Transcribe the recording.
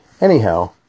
Anyhow